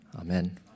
Amen